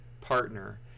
partner